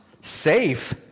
Safe